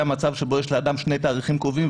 מצב שבו יש לאדם שני תאריכים קובעים,